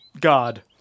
god